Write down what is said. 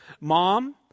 Mom